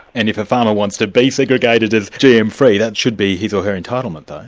and if a farmer wants to be segregated as gm free, that should be his or her entitlement, though.